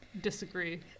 Disagree